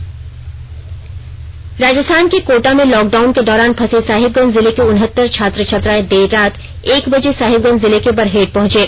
साहिबगंज छात्र राजस्थान के कोटा में लाकडाउन के दौरान फंसे साहिबगंज जिले के उनहत्तर छात्र छात्राएं देर रात एक बजे सहिबगंज जिले के बरहेट पहुंचे